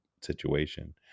situation